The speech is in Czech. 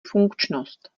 funkčnost